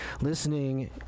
listening